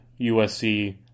USC